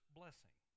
blessing